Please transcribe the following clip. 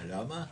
למה?